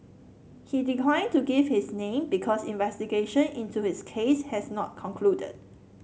he declined to give his name because investigation into his case has not concluded